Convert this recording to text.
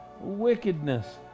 wickedness